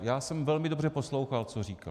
Já jsem velmi dobře poslouchal, co říkal.